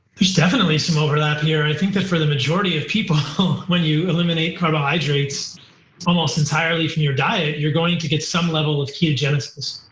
there's definitely some overlap here. i think that for the majority of people, when you eliminate carbohydrates almost entirely from your diet, you're going to get some level of ketogenesis.